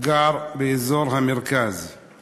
גר באזור המרכז /